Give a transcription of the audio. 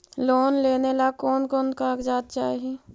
Loan लेने ला कोन कोन कागजात चाही?